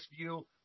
view